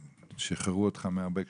שיחררו אותך מהרבה קשישים״.